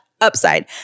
upside